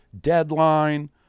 Deadline